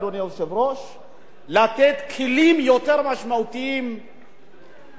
לתת כלים יותר משמעותיים לגורמי אכיפת החוק,